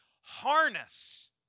harness